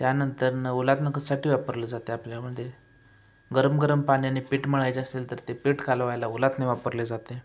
त्यानंतर उलथनं कशासाठी वापरलं जातं आपल्यामध्ये गरम गरम पाण्याने पीठ मळायचे असेल तर ते पीठ कालवायला उलथनं वापरले जाते